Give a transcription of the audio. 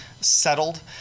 settled